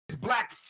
black